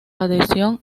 adhesión